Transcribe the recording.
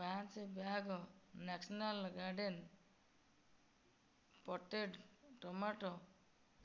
ପାଞ୍ଚ bag national garden potted tomato